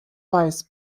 weiß